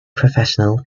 professional